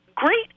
Great